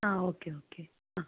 ആ okay okay ആ